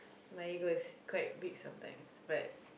my ego is quite big some times but